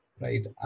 right